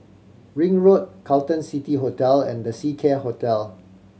Ring Road Carlton City Hotel and The Seacare Hotel